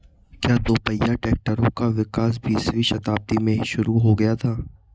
क्या दोपहिया ट्रैक्टरों का विकास बीसवीं शताब्दी में ही शुरु हो गया था?